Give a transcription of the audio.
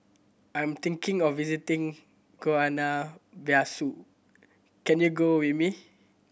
I am thinking of visiting Guinea Bissau can you go with me